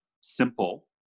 simple